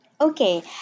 Okay